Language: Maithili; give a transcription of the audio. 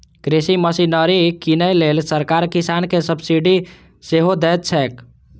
कृषि मशीनरी कीनै लेल सरकार किसान कें सब्सिडी सेहो दैत छैक